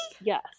Yes